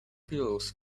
pillows